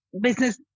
business